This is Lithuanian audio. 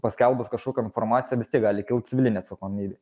paskelbus kažkokią informaciją vis tiek gali kilt civilinė atsakomybė